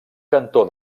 cantó